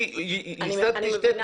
אני מבינה.